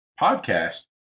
podcast